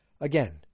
again